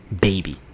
baby